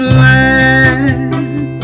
land